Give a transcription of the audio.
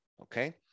okay